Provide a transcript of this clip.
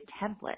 template